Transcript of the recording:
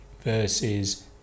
versus